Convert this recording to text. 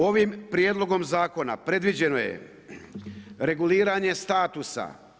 Ovim prijedlogom zakona predviđeno je reguliranje statusa.